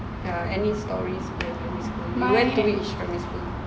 ya any stories dari primary school you went to which primary school